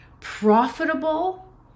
profitable